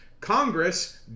Congress